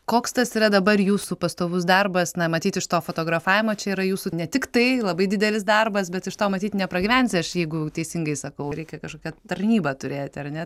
koks tas yra dabar jūsų pastovus darbas na matyt iš to fotografavimo čia yra jūsų ne tiktai labai didelis darbas bet iš to matyt nepragyvensi aš jeigu teisingai sakau reikia kažkokią tarnybą turėti ar ne